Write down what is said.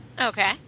Okay